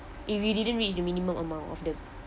if you didn't reach the minimum amount of